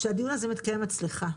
שהדיון הזה מתקיים אצלך,